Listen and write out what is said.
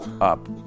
up